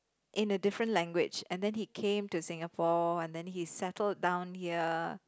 in a different language and then he came to Singapore and then he settled down here